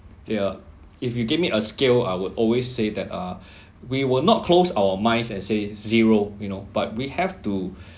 ya if you give me a scale I would always say that uh we will not close our minds and say zero you know but we have to